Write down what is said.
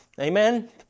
amen